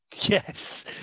yes